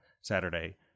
Saturday